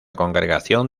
congregación